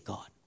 God